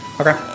Okay